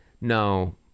No